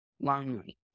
lonely